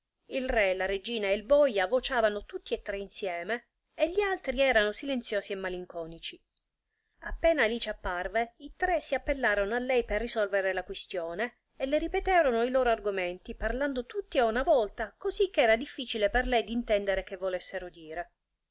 il re la regina e il boja vociavano tutti e tre insieme e gli altri erano silenziosi e malinconici appena alice apparve i tre si appellarono a lei per risolvere la quistione e le ripeterono i loro argomenti parlando tutti a una volta così che era difficile per lei d'intendere che volessero dire